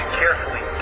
carefully